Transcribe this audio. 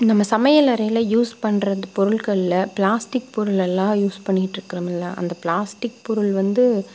நம்ம சமையல் அறையில் யூஸ் பண்ணுற அந்த பொருள்களில் பிளாஸ்டிக் பொருளெல்லாம் யூஸ் பண்ணிட்ருக்கறோமுல்ல அந்த பிளாஸ்டிக் பொருள் வந்து